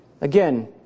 Again